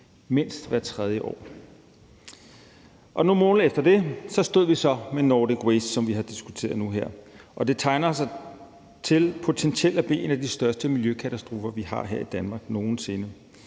mindst hvert tredje år. Nogle måneder efter det stod vi så med Nordic Waste, som vi har diskuteret nu her, og som tegner til potentielt at blive en af de største miljøkatastrofer, vi har her i Danmark, nogen sinde.